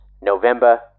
November